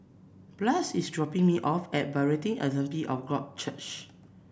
Blas is dropping me off at Berean Assembly of God Church